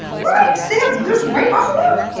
what! there's there's white buffalo?